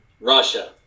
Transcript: Russia